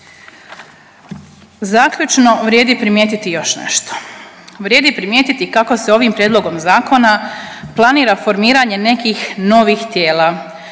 Zaključno vrijedi primijetiti još nešto. Vrijedi primijetiti kako se ovim prijedlogom zakona planira formiranje nekih novih tijela